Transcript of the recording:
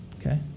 okay